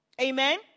Amen